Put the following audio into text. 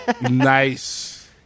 Nice